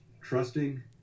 trusting